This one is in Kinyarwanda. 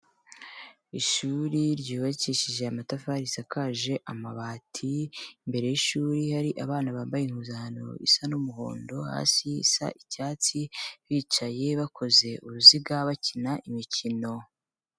Ishuri ryubakishije amatafari, risakaje amabati, imbere y'ishuri hari abana bambaye impuzankano isa n'umuhondo, hasi isa icyatsi, bicaye bakoze uruziga bakina imikino.